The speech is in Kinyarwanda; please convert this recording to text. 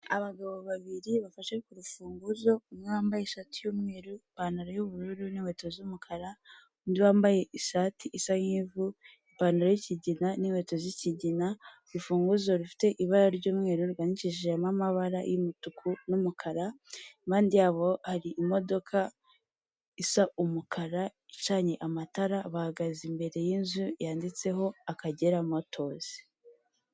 Abagabo babiri bafashe ku rufunguzo umwe wambaye ishati y'umweru ipantaro y'ubururu n'inkweto z'umukara undi wambaye ishati isa ivu ipantaro y'ikigina n'inkweto zikigina urufunguzo rufite ibara ry'umweru rwandikishijemo amabara y'umutuku n'umukara impande yabo hari imodoka isa umukara icanye amatara bahagaze imbere yinzu yanditseho Akagera motors.